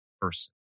person